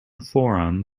forum